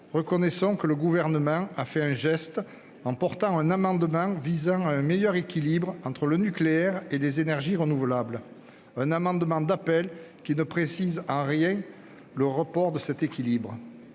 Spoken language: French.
sénatoriale, le Gouvernement a fait un geste en défendant un amendement visant à un meilleur équilibre entre le nucléaire et les énergies renouvelables ; un amendement d'appel qui ne précise en rien le rapport de cet équilibre.